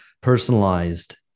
personalized